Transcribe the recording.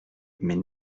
mais